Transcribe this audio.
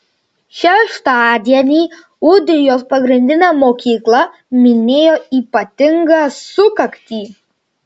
šeštadienį ūdrijos pagrindinė mokykla minėjo ypatingą sukaktį